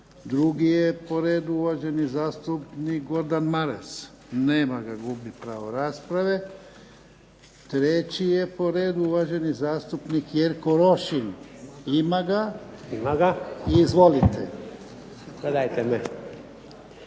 Drugi je po redu uvaženi zastupnik Gordan Maras. Nema ga, gubi pravo rasprave. Treći je po redu uvaženi zastupnik Jerko Rošin. Ima ga. I izvolite. **Rošin,